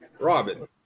Robin